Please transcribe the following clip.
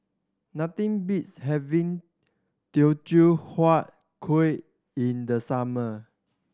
nothing beats having Teochew Huat Kueh in the summer